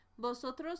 Vosotros